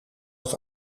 het